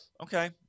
okay